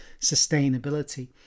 sustainability